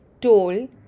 told